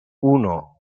uno